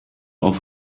auf